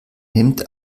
nimmt